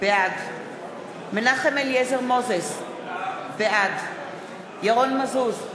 בעד מנחם אליעזר מוזס, בעד ירון מזוז,